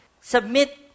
submit